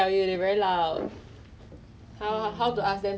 其实 err baking 我是很